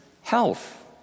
health